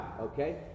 okay